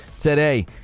today